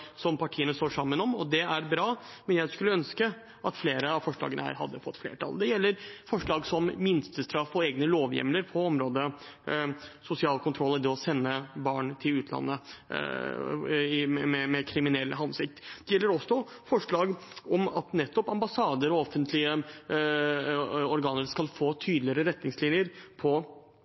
som partiene står sammen om, og det er bra, men jeg skulle ønske at flere av disse forslagene hadde fått flertall. Det gjelder forslag som minstestraff og egne lovhjemler på området sosial kontroll og det å sende barn til utlandet med kriminell hensikt. Det gjelder også forslag om at nettopp ambassader og offentlige organer skal få tydeligere retningslinjer